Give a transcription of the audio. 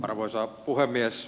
arvoisa puhemies